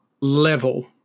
level